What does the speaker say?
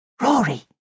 Rory